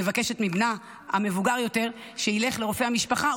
מבקשת מבנה המבוגר יותר שילך לרופא המשפחה,